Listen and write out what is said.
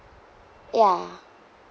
ya